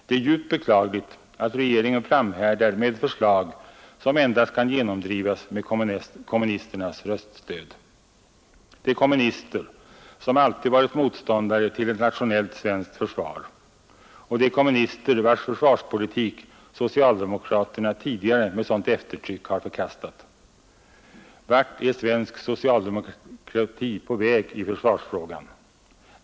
Det är djupt beklagligt att regeringen framhärdar med ett förslag, som endast kan genomdrivas med kommunisternas röststöd — de kommunister som alltid varit motståndare till ett nationellt svenskt försvar, de kommunister vilkas försvarspolitik socialdemokraterna tidigare med sådant eftertryck har förkastat. Vart är svensk socialdemokrati på väg i försvarsfrågan?